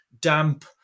damp